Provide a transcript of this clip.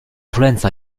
influenza